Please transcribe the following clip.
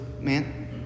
man